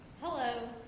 Hello